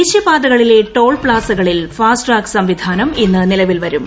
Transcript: ദേശീയ പാതകളിലെ ടോൾ പ്ലാസകളിൽ ഫാസ്ടാഗ് സംവിധാനം ഇന്ന് നിലവിൽ വരും